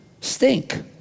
stink